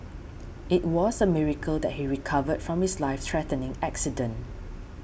it was a miracle that he recovered from his life threatening accident